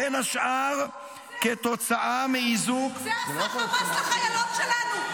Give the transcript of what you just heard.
בין השאר כתוצאה מאיזוק הדוק ומתמשך --- זה חמאס עשה לחיילות שלנו.